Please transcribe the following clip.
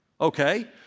okay